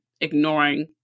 ignoring